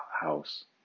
house